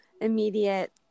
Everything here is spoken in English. immediate